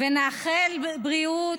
ונאחל בריאות,